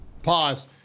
Pause